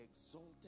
exalted